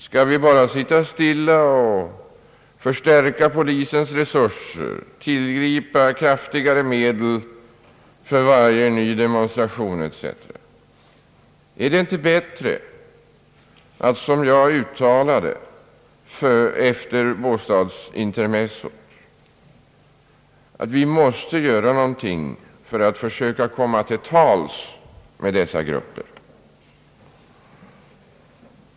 Skall vi bara sitta stilla och förstärka polisens resurser, tillgripa kraftigare medel för varje ny demonstration etc.? Är det inte bättre att, som jag uttalade efter båstadsintermezzot, vi gör någonting för att försöka komma till tals med dessa grupper?